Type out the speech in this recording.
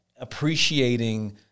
appreciating